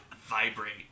vibrate